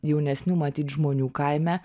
jaunesnių matyt žmonių kaime